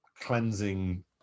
cleansing